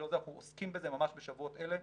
אנחנו עוסקים בזה ממש בשבועות אלה.